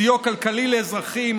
סיוע כלכלי לאזרחים,